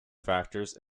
factors